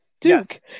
Duke